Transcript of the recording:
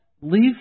leave